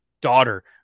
daughter